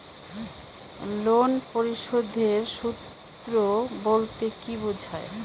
Loan পরিশোধের সূএ বলতে কি বোঝায়?